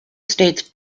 states